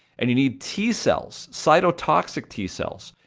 and you need t cells, cytotoxic t cells,